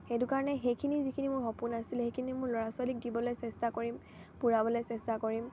সেইটো কাৰণে সেইখিনি যিখিনি মোৰ সপোন আছিলে সেইখিনি মোৰ ল'ৰা ছোৱালীক দিবলৈ চেষ্টা কৰিম পূৰাবলৈ চেষ্টা কৰিম